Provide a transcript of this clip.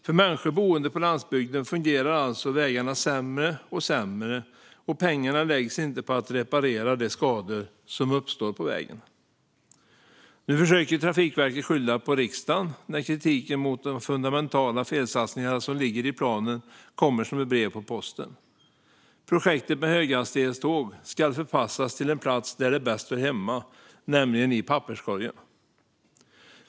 För människor boende på landsbygden fungerar alltså vägarna sämre och sämre, och pengarna läggs inte på att reparera de skador som uppstår. Nu försöker Trafikverket skylla på riksdagen när kritiken mot de fundamentala felsatsningar som ligger i planen kommer som ett brev på posten. Projektet med höghastighetståg ska förpassas till den plats där det bäst hör hemma, nämligen i papperskorgen. Fru talman!